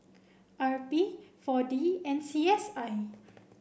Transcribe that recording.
R B four D and C S I